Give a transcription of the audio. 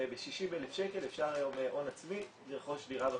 וב-60,000 שקל הון עצמי אפשר היום לרכוש דירה בפריפריה,